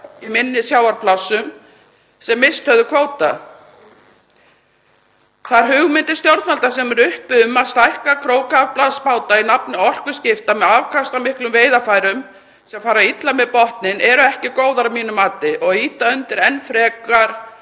í minni sjávarplássum sem misst hefðu kvóta. Þær hugmyndir stjórnvalda sem eru uppi um að stækka krókaaflamarksbáta í nafni orkuskipta með afkastamiklum veiðarfærum sem fara illa með botninn eru ekki góðar að mínu mati og ýta enn frekar